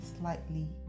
slightly